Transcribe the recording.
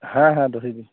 ᱦᱮᱸ ᱦᱮᱸ ᱫᱚᱦᱚᱭ ᱵᱮᱱ ᱸ